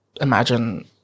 imagine